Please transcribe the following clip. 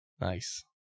Nice